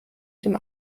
dem